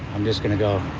just going to go